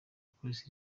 polisi